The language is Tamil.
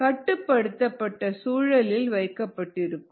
கட்டுப்படுத்தப்பட்ட சூழலில் வைக்கப்பட்டிருக்கும்